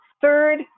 third